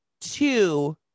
two